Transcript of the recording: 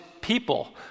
people